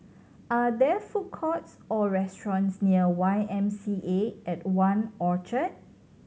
are there food courts or restaurants near Y M C A at One Orchard